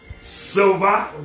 silver